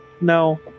no